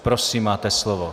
Prosím, máte slovo.